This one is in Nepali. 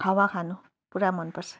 हावा खानु पुरा मनपर्छ